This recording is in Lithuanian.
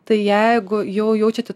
tai jeigu jau jaučiate